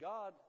God